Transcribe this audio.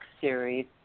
series